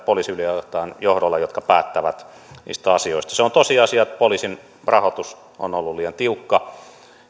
poliisiylijohtajan johdolla operatiiviset johtajat jotka päättävät niistä asioista se on tosiasia että poliisin rahoitus on ollut liian tiukka